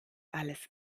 alles